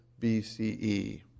BCE